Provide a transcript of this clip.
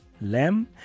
Lamb